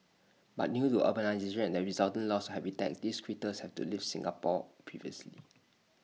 but due to urbanisation and the resultant loss habitats these critters have to leave Singapore previously